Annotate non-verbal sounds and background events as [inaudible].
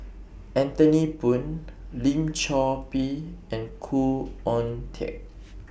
Anthony Poon Lim Chor Pee and Khoo Oon Teik [noise]